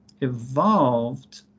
evolved